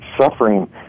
suffering